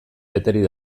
beterik